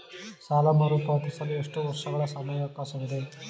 ಸಾಲ ಮರುಪಾವತಿಸಲು ಎಷ್ಟು ವರ್ಷಗಳ ಸಮಯಾವಕಾಶವಿದೆ?